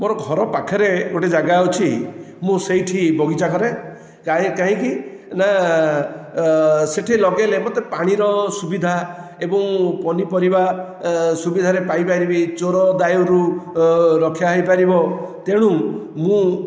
ମୋର ଘର ପାଖରେ ଗୋଟିଏ ଜାଗା ଅଛି ମୁଁ ସେଇଠି ବଗିଚା କରେ କା କାହିଁକିନା ସେଇଠି ଲଗେଇଲେ ମୋତେ ପାଣିର ସୁବିଧା ଏବଂ ପନିପରିବା ସୁବିଧାରେ ପାଇପାରିବି ଚୋର ଦାୟୁରୁ ରକ୍ଷା ହୋଇପାରିବ ତେଣୁ ମୁଁ